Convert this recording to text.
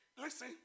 Listen